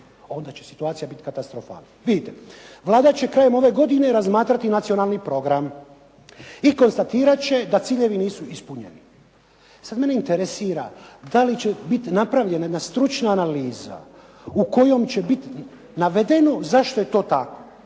onda će situacija biti katastrofalna. Vidite, Vlada će krajem ove godine razmatrati nacionalni program i konstatirati će da ciljevi nisu ispunjeni. Sada mene interesira da li će biti napravljena jedna stručna analiza u kojoj će biti navedeno zašto je to tako.